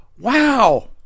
wow